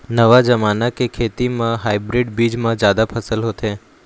नवा जमाना के खेती म हाइब्रिड बीज म जादा फसल होथे